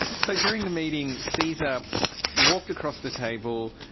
so during the meeting caesar walked across the table.